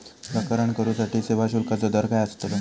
प्रकरण करूसाठी सेवा शुल्काचो दर काय अस्तलो?